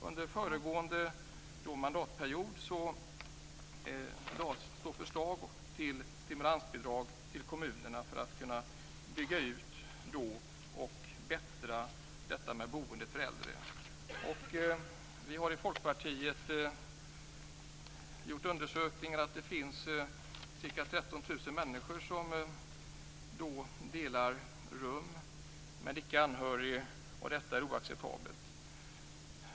Under föregående mandatperiod lades förslag om stimulansbidrag till kommunerna för att kunna bygga ut och förbättra boendet för äldre. Vi har i Folkpartiet gjort undersökningar och funnit att det finns ca 13 000 människor som delar rum med icke anhörig, och detta är oacceptabelt.